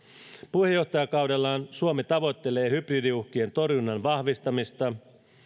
puheenjohtajakaudellaan suomi tavoittelee hybridiuhkien torjunnan vahvistamista